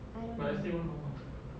I don't know